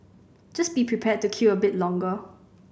just be prepared to queue a bit longer